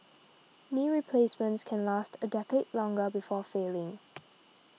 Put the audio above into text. knee replacements can last a decade longer before failing